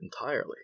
entirely